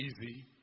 easy